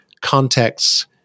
contexts